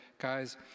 Guys